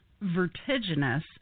vertiginous